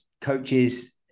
coaches